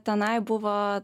tenai buvo